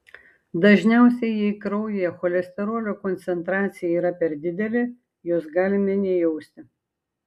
dažniausiai jei kraujyje cholesterolio koncentracija yra per didelė jos galime nejausti